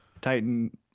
Titan